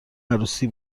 عروسی